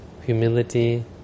humility